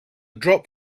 drop